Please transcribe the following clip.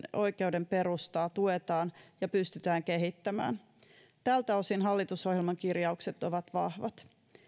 oikeuden perustaa tuetaan ja pystytään kehittämään tältä osin hallitusohjelman kirjaukset ovat vahvat